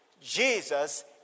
Jesus